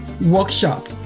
workshop